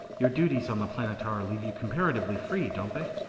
your duties on the planetara leave you comparatively free, don't they?